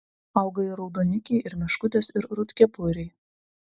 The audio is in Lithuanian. auga ir raudonikiai ir meškutės ir rudkepuriai